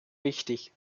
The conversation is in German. wichtig